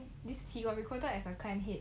then he got recruited as a clan head